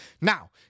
Now